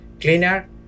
cleaner